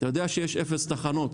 אתה יודע שיש אפס תחנות